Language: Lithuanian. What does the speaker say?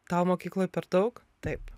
tau mokykloj per daug taip